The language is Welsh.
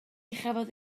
chafodd